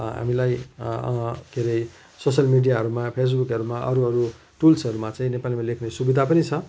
हामीलाई के अरे सोसियल मिडियाहरूमा फेसबुकहरूमा अरू अरू टुल्सहरूमा चाहिँ नेपालीमा लेख्ने सुविधा पनि छ